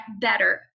better